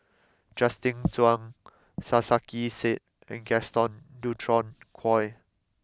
Justin Zhuang Sarkasi Said and Gaston Dutronquoy